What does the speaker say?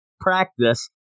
practice